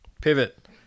Pivot